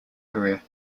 career